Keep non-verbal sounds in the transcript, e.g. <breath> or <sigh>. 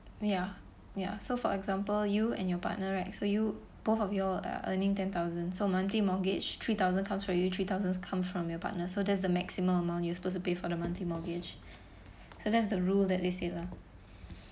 ya ya so for example you and your partner right so you both of you all are earning ten thousand so monthly mortgage three thousand comes from you three thousand come from your partner so that's the maximum amount you are supposed to pay for the monthly mortgage so that's the rule that they say lah <breath>